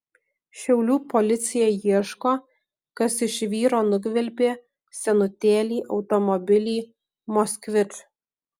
šiaulių policija ieško kas iš vyro nugvelbė senutėlį automobilį moskvič